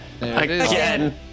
Again